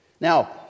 Now